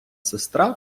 сестра